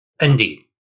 Indeed